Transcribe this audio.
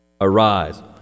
Arise